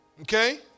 Okay